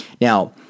Now